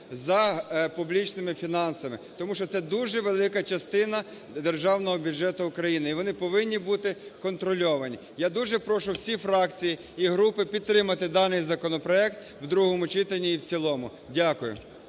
за публічними фінансами. Тому що це дуже велика частина державного бюджету України і вони повинні бути контрольовані. Я дуже прошу всі фракції і групи підтримати даний законопроект в другому читанні і в цілому. Дякую.